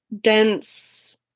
dense